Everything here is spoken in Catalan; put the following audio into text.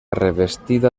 revestida